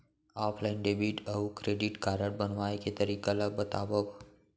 Offline debit अऊ credit card बनवाए के तरीका ल बतावव?